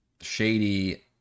shady